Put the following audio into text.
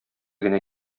генә